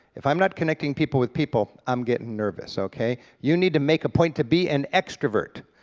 if i'm not connecting people with people, i'm getting nervous, okay. you need to make a point to be an extrovert.